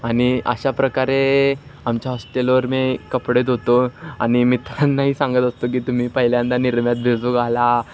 आणि अशा प्रकारे आमच्या हॉस्टेलवर मी कपडे धुतो आणि मित्रांनाही सांगत असतो की तुम्ही पहिल्यांदा निरमात भिजू घाला